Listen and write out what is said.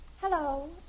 Hello